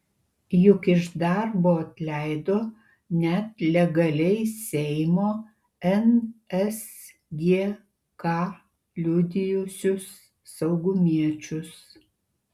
juk iš darbo atleido net legaliai seimo nsgk liudijusius saugumiečius